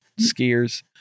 Skiers